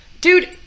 Dude